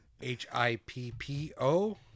H-I-P-P-O